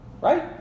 Right